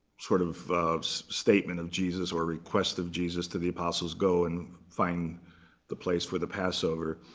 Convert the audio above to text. sort of statement of jesus, or request of jesus, to the apostles, go and find the place for the passover.